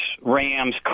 Rams